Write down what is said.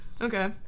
Okay